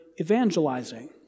evangelizing